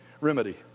remedy